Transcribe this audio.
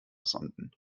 sonden